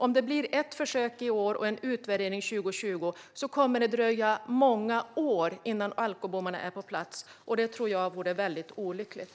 Om det blir ett försök i år och en utvärdering 2020 kommer det att dröja många år innan alkobommarna är på plats. Det tror jag vore väldigt olyckligt.